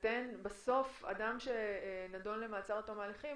בסוף אדם שנדון למעצר עד תום ההליכים